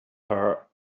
her